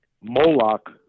Moloch